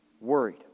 worried